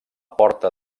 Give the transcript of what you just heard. porta